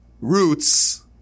roots